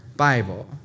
Bible